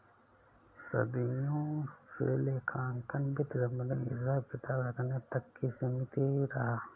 सदियों से लेखांकन वित्त संबंधित हिसाब किताब रखने तक ही सीमित रहा